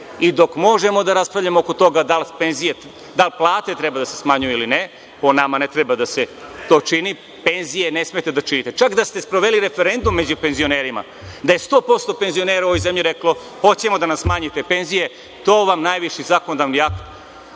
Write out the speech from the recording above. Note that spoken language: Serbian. Dok možemo da raspravljamo oko toga da li plate treba da se smanjuju ili ne, po nama ne treba da se to čini, penzije ne smete da smanjujete. Čak da ste sproveli referendum među penzionerima, da je 100% penzionera u ovoj zemlji reklo – hoćemo da nam smanjite penzije, to vam najviši zakonodavni